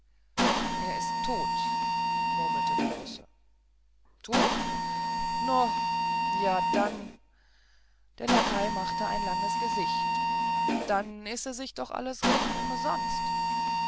er ist tot murrte der russe tot no ja dann der lakai machte ein langes gesicht dann ise sich doch alles reden umesonst